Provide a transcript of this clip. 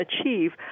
achieve